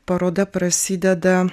paroda prasideda